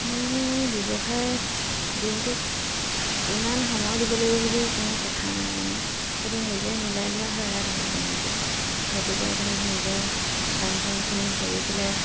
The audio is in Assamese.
মোৰ ব্যৱসায়ত দিনটোত ইমান সময় দিব লাগিব বুলি কোনো কথা নাই মানে সেইটো নিজে মিলাই লোৱা হয় আৰু ধৰক সময়টো ৰাতিপুৱা ধৰক নিজৰ কাম বনখিনি কৰি পেলাই